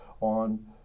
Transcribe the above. on